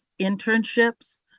internships